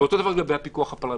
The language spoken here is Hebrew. ואותו דבר לגבי הפיקוח הפרלמנטרי.